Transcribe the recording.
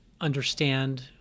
understand